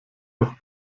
doch